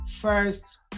first